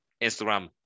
Instagram